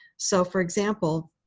so for example